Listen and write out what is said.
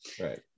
Right